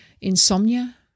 insomnia